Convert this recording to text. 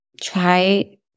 Try